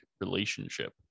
relationship